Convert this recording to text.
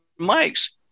mics